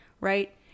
right